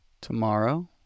tomorrow